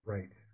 Right